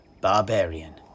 barbarian